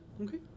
okay